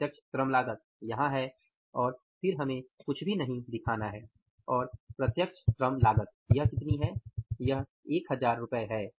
प्रत्यक्ष श्रम लागत यहां है हमें कुछ भी नहीं दिखाना है और प्रत्यक्ष श्रम लागत कितनी है यह 1000 रु है